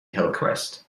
hillcrest